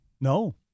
No